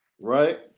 right